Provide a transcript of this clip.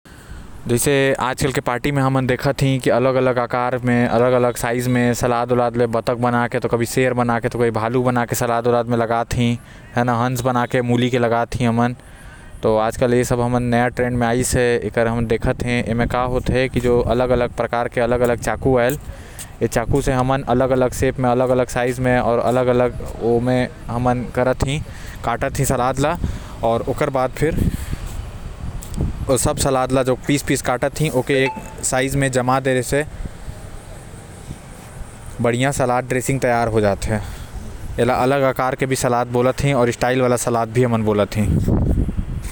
जो आज कल के शादी पार्टी म अलग अलग प्रकार के तरीका म सलाद ल सजा के रखते। जैसे कभी हाथी बना के त कभी शेर बना के त कभी हंस बना के अलग अलग तरीका से सजाते। आऊ चाकू से अलग अलग अकार म सलाद ल काटते।